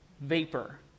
vapor